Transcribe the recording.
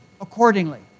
accordingly